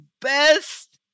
best